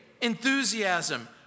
enthusiasm